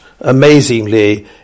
amazingly